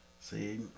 See